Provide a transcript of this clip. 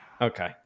Okay